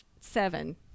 seven